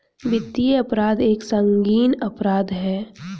वित्तीय अपराध एक संगीन अपराध है